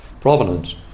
provenance